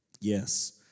yes